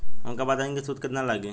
हमका बताई कि सूद केतना लागी?